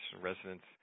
residents